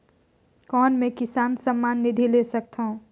कौन मै किसान सम्मान निधि ले सकथौं?